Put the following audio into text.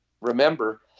remember